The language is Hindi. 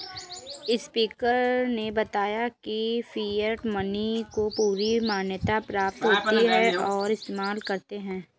स्पीकर ने बताया की फिएट मनी को पूरी मान्यता प्राप्त होती है और इस्तेमाल करते है